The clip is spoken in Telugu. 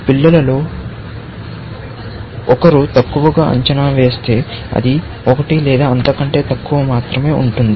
పిల్లలలో ఒకరు తక్కువగా అంచనా వేస్తే అది 1 లేదా అంతకంటే తక్కువ మాత్రమే ఉంటుంది